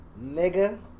Nigga